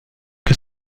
que